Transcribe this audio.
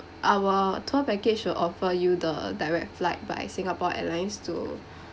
our tour package will offer you the direct flight by Singapore Airlines to